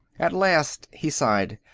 at last he sighed.